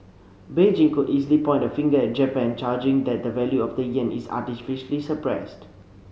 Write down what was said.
Beijing could easily point a finger at Japan charging that the value of the yen is artificially suppressed